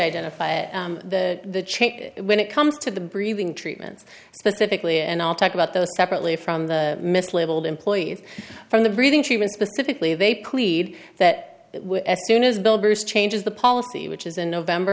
identify at the chain when it comes to the breathing treatments specifically and i'll talk about those separately from the mislabeled employees from the breathing treatment specifically they plead that soon as builders changes the policy which is in november